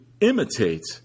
imitate